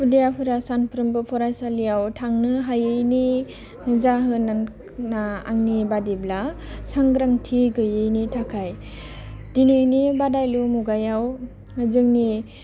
खुदियाफोरा सानफ्रोमबो फरायसालियाव थांनो हायैनि जाहोनना आंनि बादिब्ला सांग्रांथि गैयैनि थाखाय दिनैनि बादायलु मुगायाव जोंनि